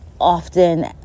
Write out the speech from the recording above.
often